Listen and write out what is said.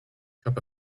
cup